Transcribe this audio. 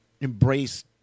embrace